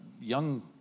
young